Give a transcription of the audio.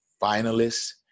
finalists